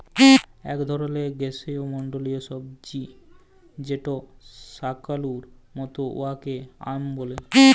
ইক ধরলের গিস্যমল্ডলীয় সবজি যেট শাকালুর মত উয়াকে য়াম ব্যলে